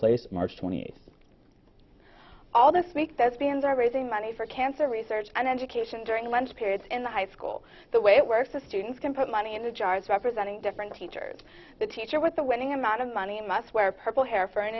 place march twenty eighth all this week those fans are raising money for cancer research and education during lunch periods in the high school the way it works the students can put money into jars representing different teachers the teacher with the winning amount of money and must wear purple hair for an